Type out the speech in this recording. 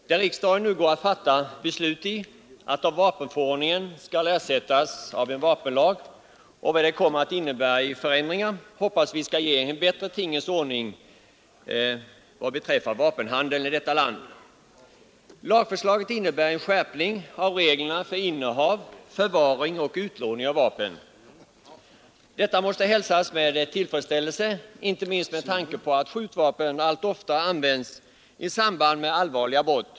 Herr talman! När riksdagen nu går att fatta beslut om att vapenförordningen skall ersättas av en vapenlag, hoppas vi att vad det kommer att innebära av förändringar skall ge en bättre tingens ordning inom vapenhandeln i detta land. Lagförslaget innebär en skärpning av reglerna för innehav, förvaring och utlåning av vapen. Detta måste hälsas med tillfredställelse, inte minst med tanke på att skjutvapen allt oftare används i samband med allvarliga brott.